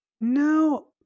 No